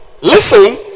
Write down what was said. listen